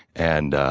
and